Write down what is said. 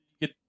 get